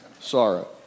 sorrow